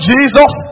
Jesus